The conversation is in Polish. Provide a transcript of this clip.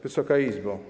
Wysoka Izbo!